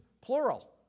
plural